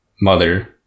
mother